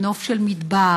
עם נוף של מדבר,